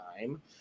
time